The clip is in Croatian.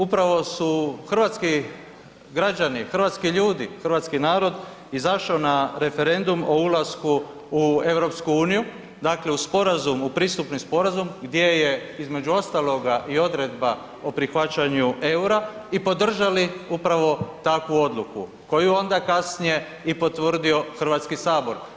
Upravo su hrvatski građani, hrvatski ljudi, hrvatski narod izašao na referendum o ulasku u EU, dakle u sporazumu, u pristupni sporazum, gdje je između ostaloga i odredba o prihvaćanju eura i podržali upravo takvu odluku, koju je onda kasnije i potvrdio Hrvatski sabor.